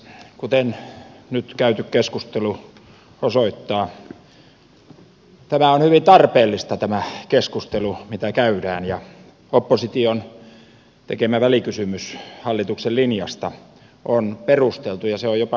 kuten nyt käyty keskustelu osoittaa on hyvin tarpeellista tämä keskustelu mitä käydään ja opposition tekemä välikysymys hallituksen linjasta on perusteltu ja se on jopa hyvin perusteltu